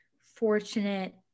fortunate